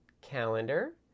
calendar